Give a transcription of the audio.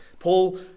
Paul